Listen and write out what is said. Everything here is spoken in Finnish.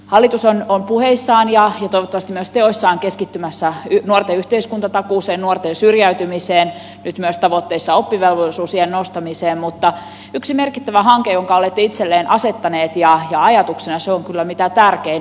hallitus on puheissaan ja toivottavasti myös teoissaan keskittymässä nuorten yhteiskuntatakuuseen nuorten syrjäytymiseen nyt myös tavoitteissa oppivelvollisuusiän nostamiseen mutta yksi merkittävä hanke jonka olette itsellenne asettaneet ja ajatuksena se on kyllä mitä tärkein on varhaiskasvatuslain uudistaminen